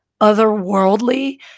otherworldly